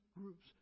groups